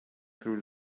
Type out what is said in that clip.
through